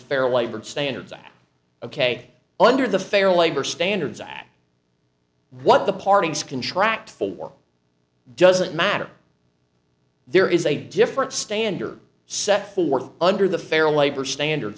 fair labor standards act ok under the fair labor standards act what the parties contract for doesn't matter there is a different standard set forth under the fair labor standards